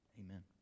Amen